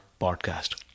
podcast